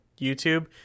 YouTube